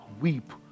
Weep